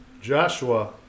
Joshua